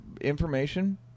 information